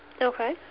Okay